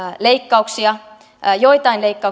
leikkauksia joitakin leikkauksia kuten